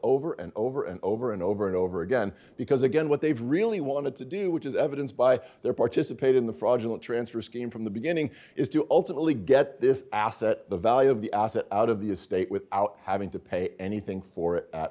over and over and over and over and over again because again what they've really wanted to do which is evidenced by their participate in the fraudulent transfer scheme from the beginning is to ultimately get this asset the value of the asset out of the estate without having to pay anything for it